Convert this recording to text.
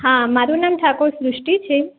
હા મારું નામ ઠાકોર સૃષ્ટિ છે